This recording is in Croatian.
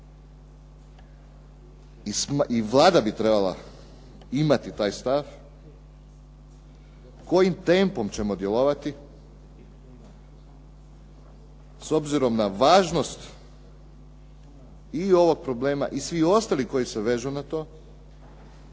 i Vlada bi trebala imati taj stav kojim tempom ćemo djelovati s obzirom na važnost i ovog problema i svih ostalih koji se vežu na to,